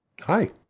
hi